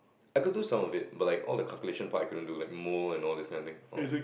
I could do some of it but like all the calculation part I couldn't do like mole and all these kind of thing